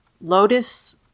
lotus